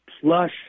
plus